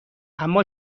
اما